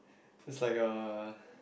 it's like a